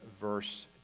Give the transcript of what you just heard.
verse